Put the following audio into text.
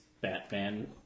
Batman